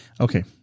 Okay